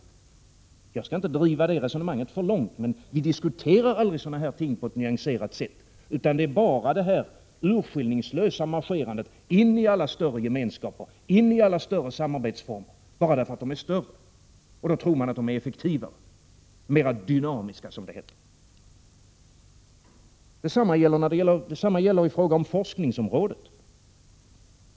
Jag skall inte driva detta resonemang för långt, men vi diskuterar aldrig dessa ting på ett nyanserat sätt. Det är bara detta urskillningslösa marscherande in i alla större gemenskaper, in i alla större samarbetsformer, bara därför att de är större. Då tror man att de är effektivare, mera dynamiska som det heter. Detsamma gäller i fråga om forskningsområdet.